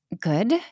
good